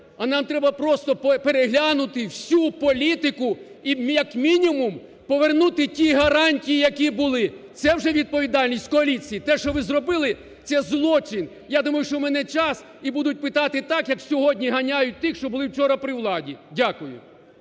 а нам треба просто переглянути всю політику і, як мінімум, повернути ті гарантії, які були. Це вже відповідальність коаліції. Те, що ви зробили, це злочин. Я думаю, що мине час і будуть питати так, як сьогодні ганяють тих, що були вчора при владі. Дякую.